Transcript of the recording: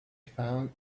found